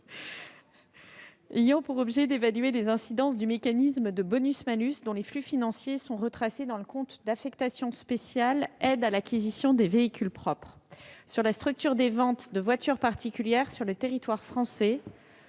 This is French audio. ayant pour objet d'évaluer les incidences du mécanisme de bonus-malus, dont les flux financiers sont retracés dans le compte d'affectation spéciale « Aide à l'acquisition de véhicules propres », sur la structure des ventes de voitures particulières sur le territoire français